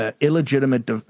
illegitimate